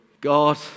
God